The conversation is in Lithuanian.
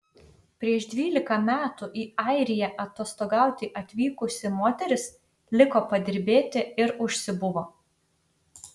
prieš dvylika metų į airiją atostogauti atvykusi moteris liko padirbėti ir užsibuvo